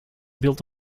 built